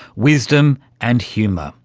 wisdom and humour.